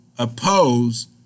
oppose